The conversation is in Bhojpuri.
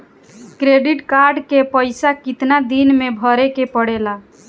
क्रेडिट कार्ड के पइसा कितना दिन में भरे के पड़ेला?